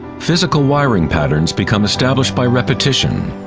physical wiring patterns become established by repetition.